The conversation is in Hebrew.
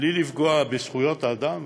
בלי לפגוע בזכויות אדם,